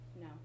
no